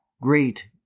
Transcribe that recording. Great